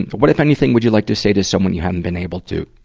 what, if anything, would you like to say to someone you haven't been able to?